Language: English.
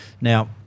now